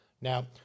Now